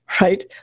right